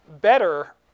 Better